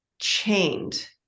chained